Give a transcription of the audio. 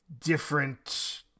different